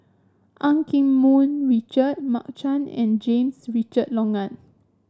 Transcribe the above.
Eu Keng Mun Richard Mark Chan and James Richard Logan